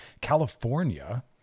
California